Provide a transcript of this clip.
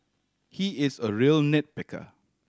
he is a real nit picker